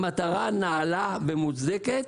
מדובר במטרה נעלה ומוצדקת,